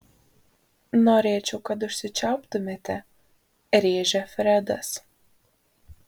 norėčiau kad užsičiauptumėte rėžia fredas